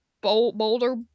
Boulder